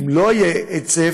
אם לא יהיה היצף,